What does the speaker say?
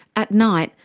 at night,